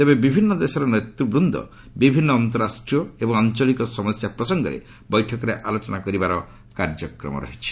ତେବେ ବିଭିନ୍ନ ଦେଶର ନେତୃବୃନ୍ଦ ବିଭିନ୍ନ ଅନ୍ତରାଷ୍ଟ୍ରୀୟ ଏବଂ ଆଞ୍ଚଳିକ ସମସ୍ୟା ପ୍ରସଙ୍ଗରେ ବୈଠକରେ ଆଲୋଚନା କରିବାର କାର୍ଯ୍ୟକ୍ରମ ରହିଛି